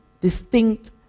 distinct